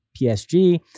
PSG